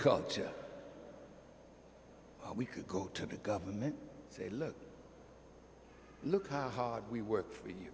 agriculture we could go to the government say look look how hard we worked for you